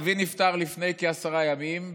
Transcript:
אבי נפטר לפני כעשרה ימים,